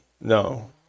no